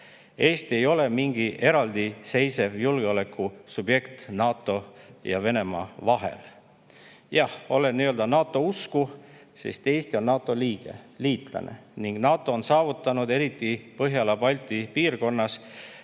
Eesti ei ole mingi eraldiseisev julgeolekusubjekt NATO ja Venemaa vahel. Jah, ma olen NATO-usku, sest Eesti on NATO liige, liitlane, ning NATO on saavutanud eriti Põhjala-Balti piirkonnas